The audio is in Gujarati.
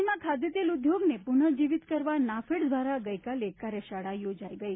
રાજ્યમાં ખાદ્યતેલ ઉદ્યોગને પુનઃજીર્વિત કરવા નાફેડ દ્વારા ગઇકાલે એક કાર્યશાળા યોજાઈ હતી